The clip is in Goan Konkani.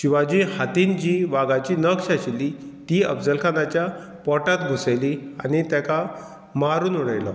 शिवाजी हातीन जी वागाची नक्ष आशिल्ली ती अफजल खानाच्या पोटांत घुसयली आनी तेका मारून उडयलो